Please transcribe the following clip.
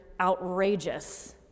outrageous